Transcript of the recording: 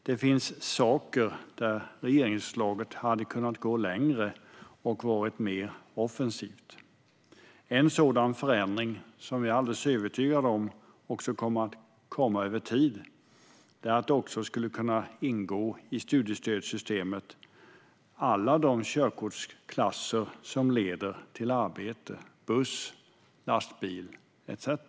Det finns saker där regeringsförslaget hade kunnat gå längre och vara mer offensivt. En sådan förändring, som jag är övertygad om kommer att komma över tid, är att alla de körkortsklasser som leder till arbete - buss, lastbil etcetera - också skulle kunna ingå i studiestödssystemet.